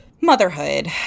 motherhood